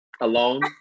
Alone